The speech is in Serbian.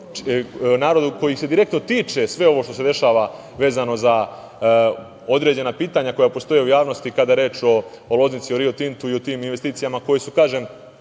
narodu, kojeg se direktno tiče sve ovo što se dešava vezano za određena pitanja koja postoje u javnosti kada je reč o Loznici, o Rio Tintu i o tim investicijama, koji su, kažem,